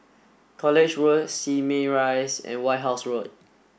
College Road Simei Rise and White House Road